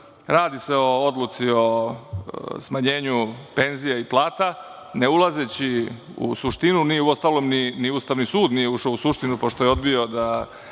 Radi se o odluci o smanjenju penzija i plata, ne ulazeći u suštinu, ni u ostalom ni Ustavni sud nije ušao u suštinu, pošto je odbio da